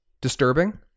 Disturbing